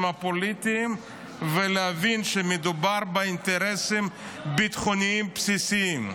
הפוליטיים ולהבין שמדובר באינטרסים ביטחוניים בסיסיים.